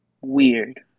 weird